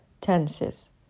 tenses